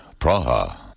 Praha